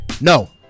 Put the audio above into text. No